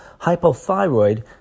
hypothyroid